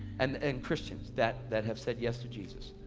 and and christians that that have said yes to jesus.